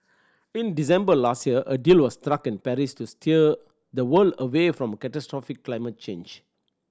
in December last year a deal was struck in Paris to steer the world away from catastrophic climate change